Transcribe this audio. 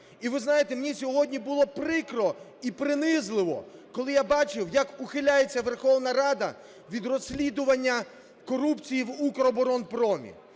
І ви знаєте, мені сьогодні було прикро і принизливо, коли я бачив, як ухиляється Верховна Рада від розслідування корупції в "Укроборонпромі".